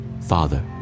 father